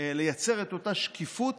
לייצר את אותה שקיפות